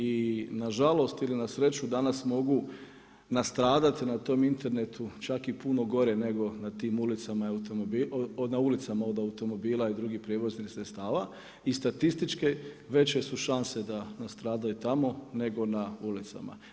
I na žalost ili na sreću danas mogu nastradati na tom internetu čak i puno gore nego na tim ulicama od automobila i drugih prijevoznih sredstava i statističke veće su šanse da nastradaju tamo, nego na ulicama.